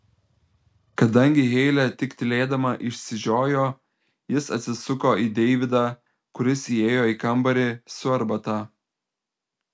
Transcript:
kadangi heilė tik tylėdama išsižiojo jis atsisuko į deividą kuris įėjo į kambarį su arbata